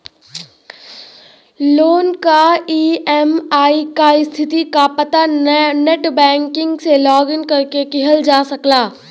loan क EMI क स्थिति क पता नेटबैंकिंग से लॉगिन करके किहल जा सकला